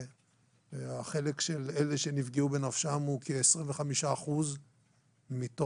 והחלק של אלה שנפגעו בנפשם הוא כ-25% מתוך